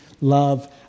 love